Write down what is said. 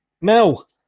Mel